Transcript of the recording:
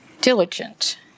diligent